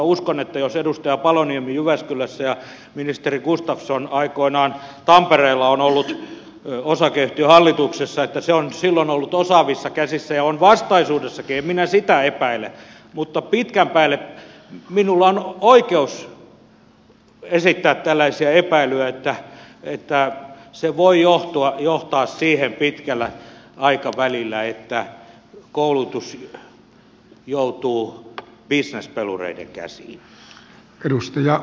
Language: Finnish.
uskon että jos edustaja paloniemi jyväskylässä ja ministeri gustafsson aikoinaan tampereella ovat olleet osakeyhtiöhallituksessa se on silloin ollut osaavissa käsissä ja on vastaisuudessakin en minä sitä epäile mutta minulla on oikeus esittää tällaisia epäilyjä että se voi johtaa pitkällä aikavälillä siihen että koulutus joutuu bisnespelureiden käsiin